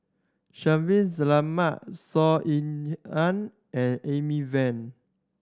Shaffiq Selamat Saw Ean Ang and Amy Van